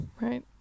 Right